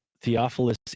Theophilus